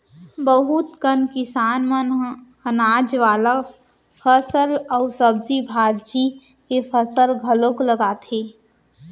बहुत कन किसान मन ह अनाज वाला फसल अउ सब्जी भाजी के फसल घलोक लगाथे